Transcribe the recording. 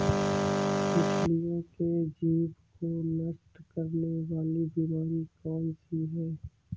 मछलियों के जीभ को नष्ट करने वाली बीमारी कौन सी है?